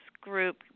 group